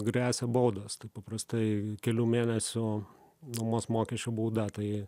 gresia baudos tai paprastai kelių mėnesių nuomos mokesčio bauda tai